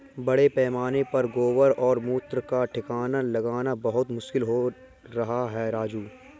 बड़े पैमाने पर गोबर और मूत्र का ठिकाना लगाना बहुत मुश्किल हो रहा है राजू